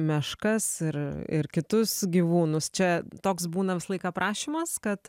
meškas ir ir kitus gyvūnus čia toks būna visą laiką prašymas kad